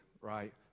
right